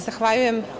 Zahvaljujem.